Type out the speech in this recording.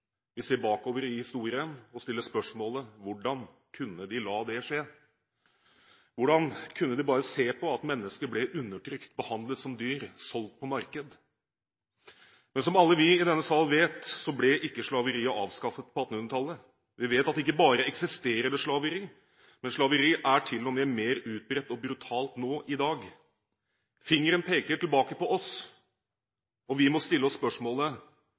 Vi ser bakover i historien og stiller spørsmålet: Hvordan kunne de la det skje? Hvordan kunne de bare se på at mennesker ble undertrykt, behandlet som dyr, solgt på marked? Men som alle vi i denne sal vet, ble ikke slaveriet avskaffet på 1800-tallet. Vi vet at det ikke bare eksisterer slaveri, men at slaveriet til og med er enda mer utbredt og brutalt nå i dag. Fingeren peker tilbake på oss, og vi må stille oss spørsmålet: